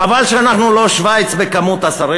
חבל שאנחנו לא שווייץ בכמות השרים,